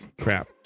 crap